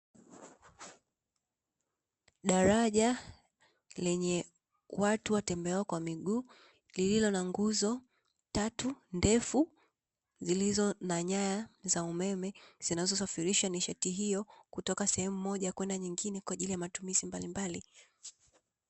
Daraja lenye watu watembeao kwa miguu, lililo na nguzo tatu ndefu zilizo na nyaya za umeme. Zinazosafirisha nishati hiyo kutoka sehemu moja kwenda nyingine kwa ajili ya matumizi mbalimbali.